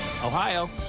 Ohio